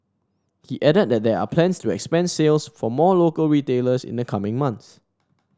he added that there are plans to expand sales to more local retailers in the coming months